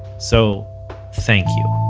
so thank you